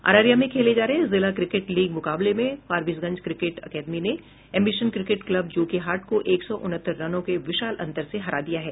अररिया में खेले जा रहे जिला क्रिकेट लीग मुकाबले में फारबीसगंज क्रिकेट अकेडमी ने एम्बीशन क्रिकेट क्लब जोकीहाट को एक सौ उनहत्तर रनों के विशाल अन्तर से हरा दिया है